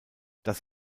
das